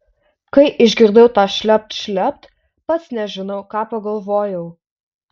kai išgirdau tą šlept šlept pats nežinau ką pagalvojau